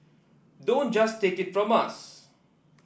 don't just take it from us